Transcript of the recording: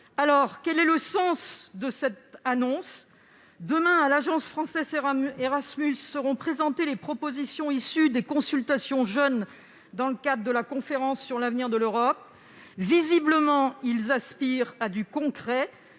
Alors, quel est le sens de cette annonce ? Demain, devant l'agence Erasmus+ France seront présentées les propositions issues des consultations « jeunes » dans le cadre de la conférence sur l'avenir de l'Europe : visiblement, ils aspirent à du concret